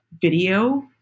video